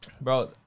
bro